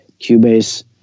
cubase